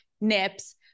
nips